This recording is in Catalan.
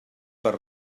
per